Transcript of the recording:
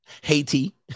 Haiti